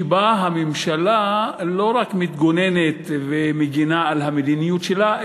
שבה הממשלה לא רק מתגוננת ומגינה על המדיניות שלה,